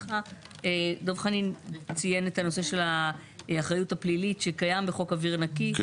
דב חנין ציין את הנושא של האחריות הפלילית שקיים בחוק אוויר נקי,